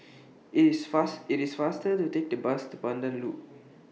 IS fast IT IS faster to Take The Bus to Pandan Loop